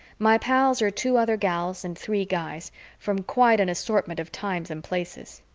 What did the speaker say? my pals are two other gals and three guys from quite an assortment of times and places.